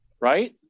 Right